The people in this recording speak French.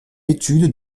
études